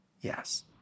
Yes